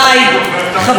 חברי הכנסת,